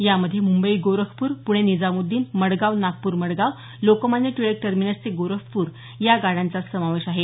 यामध्ये मुंबई गोरखपूर पुणे निजामुद्दीन मडगाव नागपूर मडगाव लोकमान्य टिळक टर्मिनस ते गोरखपूर या गाड्यांचा समावेश आहे